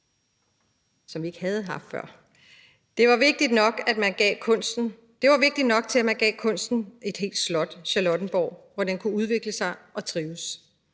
som vi ikke rigtig havde haft før. Det var vigtigt nok, til at man gav kunsten et helt slot, Charlottenborg, hvor den kunne udvikle sig og trives.